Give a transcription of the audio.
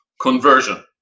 conversion